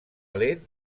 lent